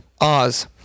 Oz